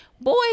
Boy